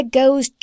goes